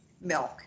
milk